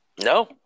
No